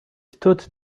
stood